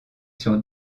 sur